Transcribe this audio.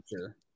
sure